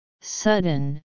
sudden